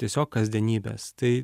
tiesiog kasdienybės tai